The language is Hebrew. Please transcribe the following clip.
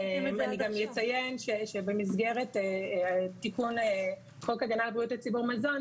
ואני גם אציין שבמסגרת תיקון חוק ההגנה על בריאות הציבור (מזון),